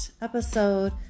episode